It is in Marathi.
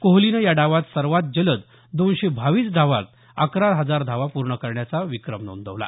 कोहलीनं या डावात सर्वात जलद दोनशे बावीस डावात अकरा हजार धावा पूर्ण करण्याचा विक्रम नोंदवला